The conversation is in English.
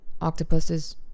octopuses